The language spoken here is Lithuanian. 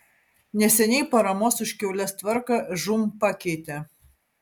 neseniai paramos už kiaules tvarką žūm pakeitė